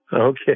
Okay